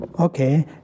Okay